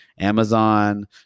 Amazon